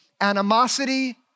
animosity